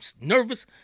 nervous